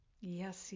yes